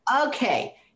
okay